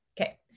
Okay